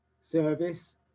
service